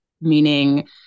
meaning